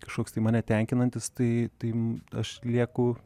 kažkoks tai mane tenkinantis tai tai aš lieku